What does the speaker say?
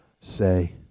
say